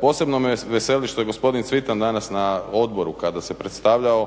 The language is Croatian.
Posebno me veseli što je gospodin Cvitan danas na odboru, kada se predstavljao